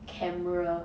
camera